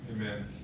Amen